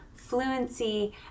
fluency